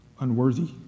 unworthy